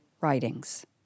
writings